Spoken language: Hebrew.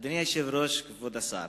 אדוני היושב-ראש, כבוד השר,